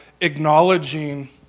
acknowledging